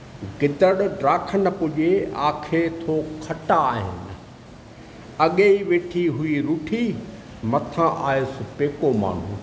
गीदड़ दराख़ न पुॼे आखे थो खटा आहिनि अॻे ई वेठी हुई रुठी मथां आयसि पेको माण्हू